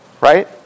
right